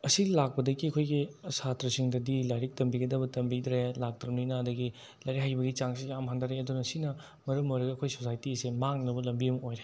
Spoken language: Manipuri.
ꯑꯁꯤ ꯂꯥꯛꯄꯗꯒꯤ ꯑꯩꯈꯣꯏꯒꯤ ꯁꯥꯇ꯭ꯔꯁꯤꯡꯗꯗꯤ ꯂꯥꯏꯔꯤꯛ ꯇꯝꯕꯤꯒꯗꯕ ꯇꯝꯕꯤꯗ꯭ꯔꯦ ꯂꯥꯛꯇ꯭ꯔꯕꯅꯤꯅ ꯑꯗꯒꯤ ꯂꯥꯏꯔꯤꯛ ꯍꯩꯕꯒꯤ ꯆꯥꯡꯁꯤ ꯌꯥꯝ ꯍꯟꯊꯔꯛꯑꯦ ꯑꯗꯨꯅ ꯁꯤꯅ ꯃꯔꯝ ꯑꯣꯏꯔꯒ ꯑꯩꯈꯣꯏ ꯁꯣꯁꯥꯏꯇꯤꯁꯦ ꯃꯥꯡꯅꯕ ꯂꯝꯕꯤ ꯑꯃ ꯑꯣꯏꯔꯦ